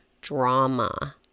drama